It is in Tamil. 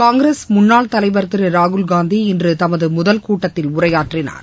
காங்கிரஸ் முன்னாள் தலைவர் திரு ராகுல்காந்தி இன்று தமது முதல் கூட்டத்தில் உரையாற்றினார்